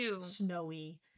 snowy